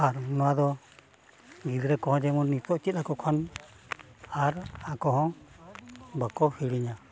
ᱟᱨ ᱱᱚᱣᱟ ᱫᱚ ᱜᱤᱫᱽᱨᱟᱹ ᱠᱚᱦᱚᱸ ᱡᱮᱢᱚᱱ ᱱᱤᱛᱚᱜ ᱪᱮᱫ ᱟᱠᱚ ᱠᱷᱟᱱ ᱟᱨ ᱟᱠᱚ ᱦᱚᱸ ᱵᱟᱠᱚ ᱦᱤᱲᱤᱧᱟ